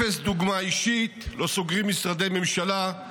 אפס דוגמה אישית: לא סוגרים משרדי ממשלה,